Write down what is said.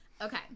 Okay